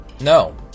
No